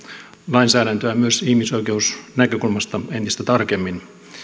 lainsäädäntöään myös ihmisoikeusnäkökulmasta entistä tarkemmin